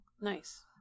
Nice